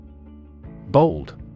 Bold